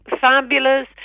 Fabulous